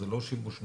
זה לא שימוש מלא,